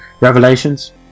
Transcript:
Revelations